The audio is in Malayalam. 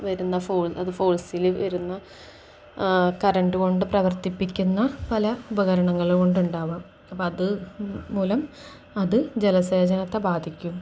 വരുന്ന അത് വരുന്ന കറൻറ്റ് കൊണ്ട് പ്രവർത്തിപ്പിക്കുന്ന പല ഉപകരണങ്ങള് കൊണ്ടുണ്ടാകാം അപ്പോള് അതുമൂലം അത് ജലസേചനത്തെ ബാധിക്കും